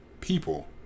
people